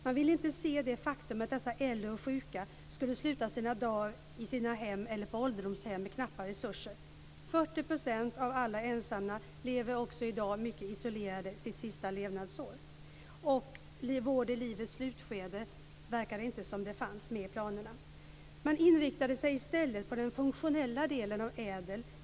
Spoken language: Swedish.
Man ville inte se det faktum att dessa äldre och sjuka skulle sluta sina dagar i sina hem eller på ålderdomshem med knappa resurser. 40 % av alla ensamma lever också i dag sitt sista levnadsår mycket isolerade. Vård i livets slutskede verkar inte ha funnits med i planerna. Man inriktade sig i stället på den funktionella delen av ädel.